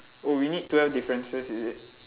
oh we need twelve differences is it